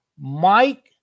Mike